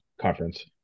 conference